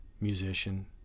musician